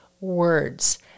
words